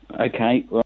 okay